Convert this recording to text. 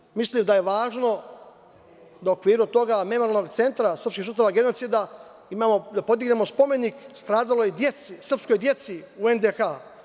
Takođe, mislim da je važno da u okviru tog memorijalnog centra srpskih žrtava genocida podignemo spomenik stradaloj srpskoj deci u NDH.